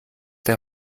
der